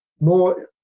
more